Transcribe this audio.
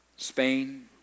Spain